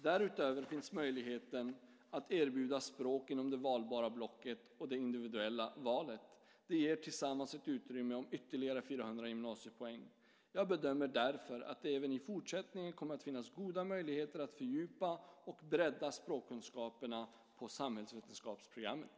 Därutöver finns möjligheten att erbjuda språk inom det valbara blocket och det individuella valet. Det ger tillsammans ett utrymme om ytterligare 400 gymnasiepoäng. Jag bedömer därför att det även i fortsättningen kommer att finnas goda möjligheter att fördjupa och bredda språkkunskaperna på samhällsvetenskapsprogrammet.